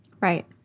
Right